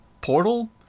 Portal